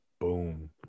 Boom